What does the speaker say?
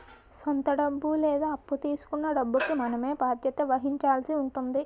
సొంత డబ్బు లేదా అప్పు తీసుకొన్న డబ్బుకి మనమే బాధ్యత వహించాల్సి ఉంటుంది